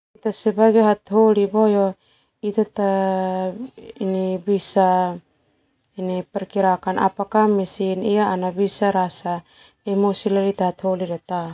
Sebagai hataholi boe ita ta ini bisa perkirakan apakah mesin ana emosi leo ita do ta.